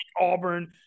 Auburn